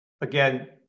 again